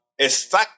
Exacto